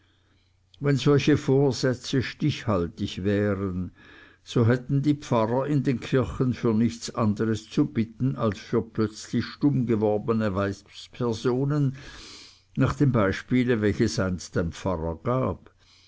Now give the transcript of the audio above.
wenn solche vorsätze stichhaltig wären so hätten die pfarrer in den kirchen für nichts anderes zu bitten als für plötzlich stumm gewordene weibspersonen nach dem beispiele welches einst ein pfarrer gab